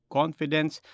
confidence